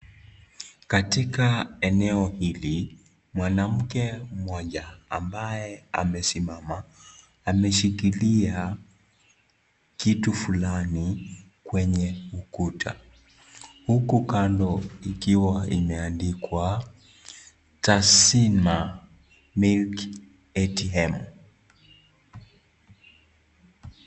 Katika eneo hili mwanamke mmoja ambaye amesimama, ameshikilia kitu fulani kwenye ukuta, huku kando ikiwa imeandikwa taasina ATM.